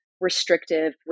restrictive